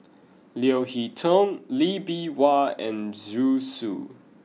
Leo Hee Tong Lee Bee Wah and Zhu Xu